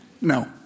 No